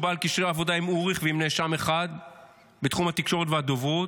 הוא בעל קשרי עבודה עם אוריך ועם נאשם 1 בתחום התקשורת והדוברות.